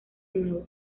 nuevo